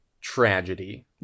tragedy